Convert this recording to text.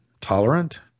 tolerant